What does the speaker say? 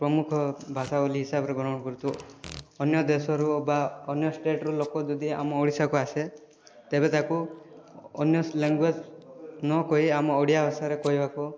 ପ୍ରମୁଖ ଭାଷା ବୋଲି ହିସାବରେ ଗ୍ରହଣ କରିଛୁ ଅନ୍ୟ ଦେଶରୁ ବା ଅନ୍ୟ ଷ୍ଟେଟ୍ରୁ ଲୋକ ଯଦି ଆମ ଓଡ଼ିଶାକୁ ଆସେ ତେବେ ତାକୁ ଅ ଅନ୍ୟ ଲାଙ୍ଗୁଏଜ୍ ନକହି ଆମ ଓଡ଼ିଆ ଭାଷାରେ କହିବାକୁ